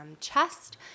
chest